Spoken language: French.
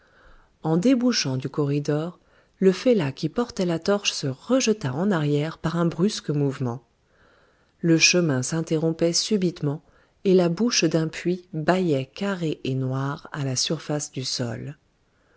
en débouchant du corridor le fellah qui portait la torche se rejeta en arrière par un brusque mouvement le chemin s'interrompait subitement et la bouche d'un puits bâillait carrée et noire à la surface du sol